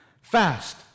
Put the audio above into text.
Fast